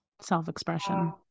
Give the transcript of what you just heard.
self-expression